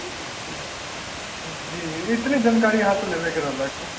हूँ जी इतने जानकारी अहाँसँ लेबै के रहऽ